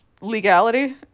legality